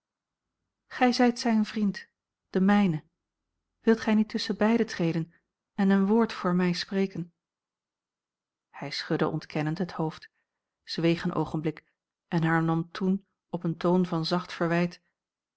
gij zijt zijn vriend de mijne wilt gij niet tusschen beiden treden en een woord voor mij spreken hij schudde ontkennend het hoofd zweeg een oogenblik en hernam toen op een toon van zacht verwijt